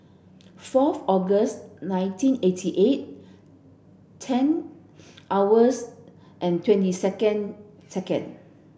fourth August nineteen eighty eight ten hours and twenty second second